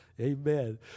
Amen